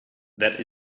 that